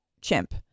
chimp